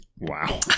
wow